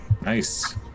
Nice